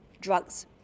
drugs